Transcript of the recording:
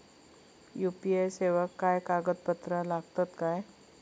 UPI सेवाक काय कागदपत्र लागतत काय?